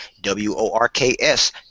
w-o-r-k-s